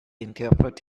interpret